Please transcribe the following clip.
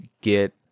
get